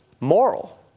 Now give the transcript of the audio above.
moral